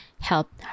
help